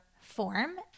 form